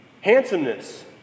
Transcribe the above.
handsomeness